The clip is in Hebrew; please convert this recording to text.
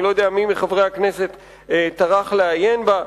אני לא יודע מי מחברי הכנסת טרח לעיין בה,